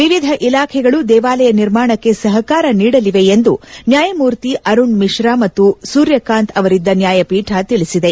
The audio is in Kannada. ವಿವಿಧ ಇಲಾಖೆಗಳು ದೇವಾಲಯ ನಿರ್ಮಾಣಕ್ಕೆ ಸಹಕಾರ ನೀಡಲಿವೆ ಎಂದು ನ್ಯಾಯಮೂರ್ತಿ ಅರುಣ್ ಮಿಶ್ರಾ ಮತ್ತು ಸೂರ್ಯಕಾಂತ್ ಅವರಿದ್ದ ನ್ನಾಯಪೀಠ ತಿಳಿಸಿದೆ